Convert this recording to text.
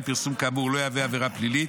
פרסום כאמור לא יהווה עבירה פלילית,